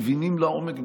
לעומק,